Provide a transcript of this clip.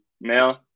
male